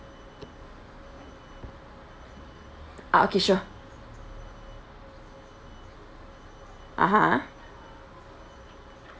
ah okay sure (uh huh)